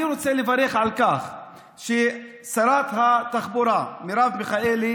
אני רוצה לברך על כך ששרת התחבורה מרב מיכאלי